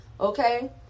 Okay